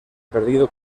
perdido